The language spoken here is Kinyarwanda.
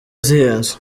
zihenze